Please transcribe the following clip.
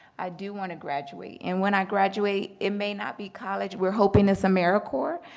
i do want to graduate. and when i graduate, it may not be college. we're hoping it's americorps.